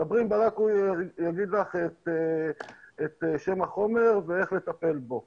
הוא יגיד לך את שם החומר ואיך לטפל בו.